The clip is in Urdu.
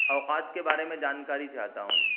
اوقات کے بارے میں جانکاری چاہتا ہوں